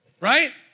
right